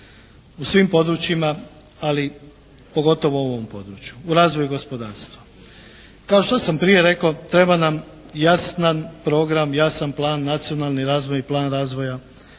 u svim područjima, ali pogotovo u ovom području u razvoju gospodarstva. Kao što sam prije rekao treba nam jasan program, jasan plan, nacionalni razvoj, plan razvoja